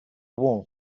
wall